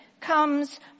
comes